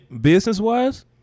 Business-wise